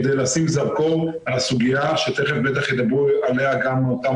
כדי לשים זרקור על הסוגיה שתיכף בטח ידברו עליה גם אותם